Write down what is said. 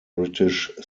british